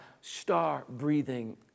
star-breathing